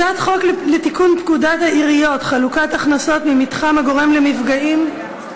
הצעת חוק לתיקון פקודת העיריות (חלוקת הכנסות ממתחם הגורם למפגעים).